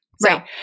Right